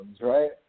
Right